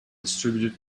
distributed